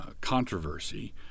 controversy